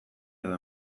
edo